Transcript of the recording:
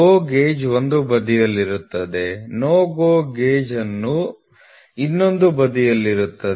GO gauge ಒಂದು ಬದಿಯಲ್ಲಿರುತ್ತದೆ NO GO gauge ಇನ್ನೊಂದು ಬದಿಯಲ್ಲಿರುತ್ತದೆ